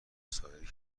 سایر